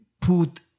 put